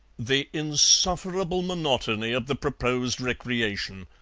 the insufferable monotony of the proposed recreation!